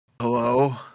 hello